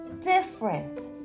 different